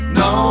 no